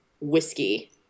whiskey